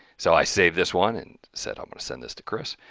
so i saved this one, and said i'm going to send this to kris.